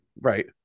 right